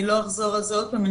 אני לא אחזור על זה עוד פעם.